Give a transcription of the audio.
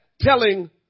telling